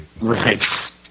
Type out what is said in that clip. Right